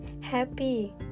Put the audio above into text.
Happy